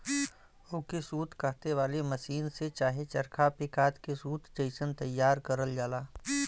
ओके सूत काते वाले मसीन से चाहे चरखा पे कात के सूत जइसन तइयार करल जाला